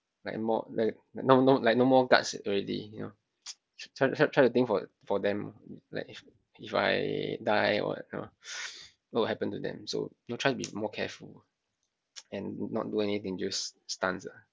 like more like now no like no more guts already you know try try try to think for for them like if if I die or what you know what will happen to them so you know try to be more careful and not do any dangerous stunts lah